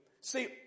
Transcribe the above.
see